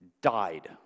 died